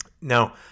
Now